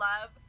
love